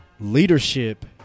Leadership